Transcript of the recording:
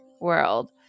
world